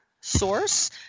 source